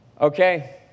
Okay